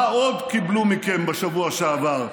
מה עוד קיבלו מכם בשבוע שעבר,